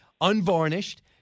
unvarnished